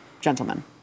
Gentlemen